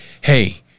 Hey